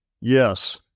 Yes